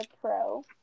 pro